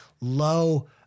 low